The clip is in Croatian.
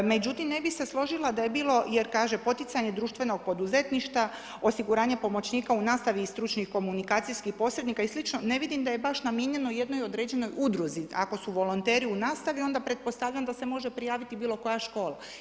Međutim, ne bih se složila da je bilo, jer kaže poticanje društvenog poduzetništva, osiguranje pomoćnika u nastavi i stručni komunikacijskih posrednika i slično ne vidim da je baš namijenjeno jednoj određenoj udruzi ako su volonteri u nastavi, onda pretpostavljam da se može prijaviti bilo koja škola.